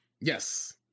Yes